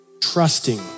trusting